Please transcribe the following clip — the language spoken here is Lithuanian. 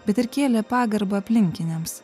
bet ir kėlė pagarbą aplinkiniams